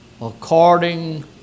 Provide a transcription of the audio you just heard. according